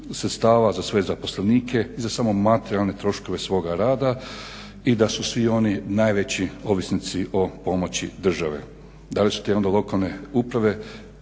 sredstava za sve zaposlenike i za samo materijalne troškove svoga rada i da su svi oni najveći ovisnici o pomoći države. Da li su te onda lokalne uprave